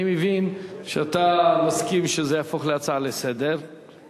אני מבין שאתה מסכים שזה יהפוך להצעה לסדר-היום,